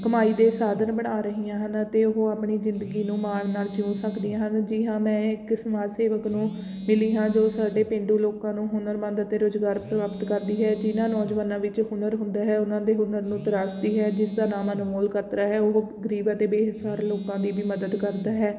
ਕਮਾਈ ਦੇ ਸਾਧਨ ਬਣਾ ਰਹੀਆਂ ਹਨ ਅਤੇ ਉਹ ਆਪਣੀ ਜ਼ਿੰਦਗੀ ਨੂੰ ਮਾਣ ਨਾਲ ਜਿਊ ਸਕਦੀਆਂ ਹਨ ਜੀ ਹਾਂ ਮੈਂ ਇੱਕ ਸਮਾਜ ਸੇਵਕ ਨੂੰ ਮਿਲੀ ਹਾਂ ਜੋ ਸਾਡੇ ਪੇਂਡੂ ਲੋਕਾਂ ਨੂੰ ਹੁਨਰਮੰਦ ਅਤੇ ਰੁਜ਼ਗਾਰ ਪ੍ਰਾਪਤ ਕਰਦੀ ਹੈ ਜਿਨ੍ਹਾਂ ਨੌਜਵਾਨਾਂ ਵਿੱਚ ਹੁਨਰ ਹੁੰਦਾ ਹੈ ਉਹਨਾਂ ਦੇ ਹੁਨਰ ਨੂੰ ਤਰਾਸਦੀ ਹੈ ਜਿਸ ਦਾ ਨਾਮ ਅਨਮੋਲ ਕਾਤਰਾ ਹੈ ਉਹ ਗਰੀਬ ਅਤੇ ਬੇਸਹਾਰਾ ਲੋਕਾਂ ਦੀ ਵੀ ਮਦਦ ਕਰਦਾ ਹੈ